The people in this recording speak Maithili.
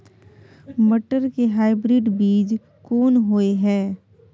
मटर के हाइब्रिड बीज कोन होय है?